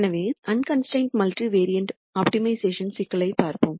எனவே unconstrained multivariate optimisation சிக்கலைப் பார்ப்போம்